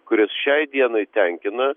kuris šiai dienai tenkina